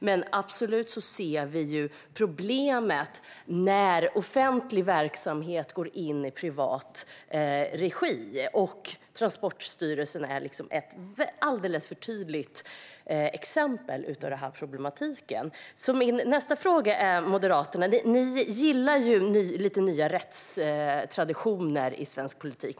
Men vi ser absolut problemet när offentlig verksamhet går in i privat regi. Transportstyrelsen är ett alldeles för tydligt exempel på denna problematik. Min nästa fråga till Moderaterna är: Ni gillar lite nya rättstraditioner i svensk politik.